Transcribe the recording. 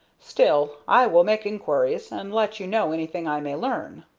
still, i will make inquiries, and let you know anything i may learn.